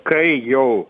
kai jau